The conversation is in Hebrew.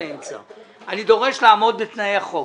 אני דורש לעמוד בתנאי החוק.